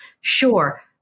sure